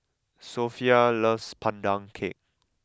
Sophia loves Pandan Cake